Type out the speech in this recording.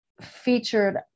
featured